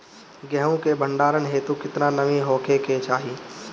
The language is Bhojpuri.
गेहूं के भंडारन हेतू कितना नमी होखे के चाहि?